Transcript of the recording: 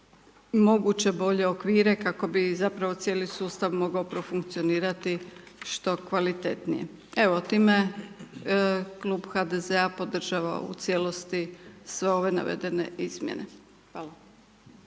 moguće bolje okvire, kako bi zapravo cijeli sustav mogao profunkcionirati što kvalitetnije. Evo, time Klub HDZ-a podržava u cijelosti sve ove navedene izmjene. Hvala.